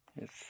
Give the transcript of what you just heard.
Yes